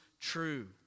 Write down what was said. true